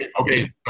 Okay